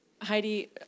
Heidi